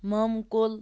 مامہٕ قوٚل